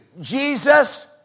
Jesus